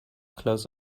close